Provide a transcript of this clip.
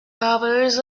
hours